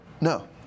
No